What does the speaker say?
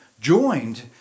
joined